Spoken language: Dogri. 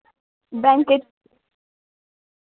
बैंके च